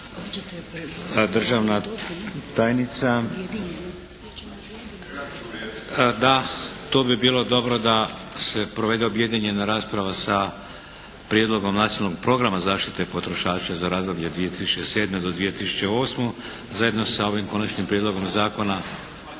Državna tajnica. Da, to bi bilo dobro da se provede objedinjena rasprava sa - Prijedlog Nacionalnog programa zaštite potrošača za razdoblje 2007. – 2008.; Zajedno sa ovim Konačnim prijedlogom Zakona